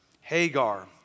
Hagar